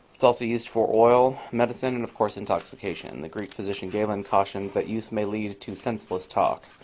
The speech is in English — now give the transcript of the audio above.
it's also used for oil, medicine, and of course, intoxication. the greek physician galen cautioned that use may lead to senseless talk.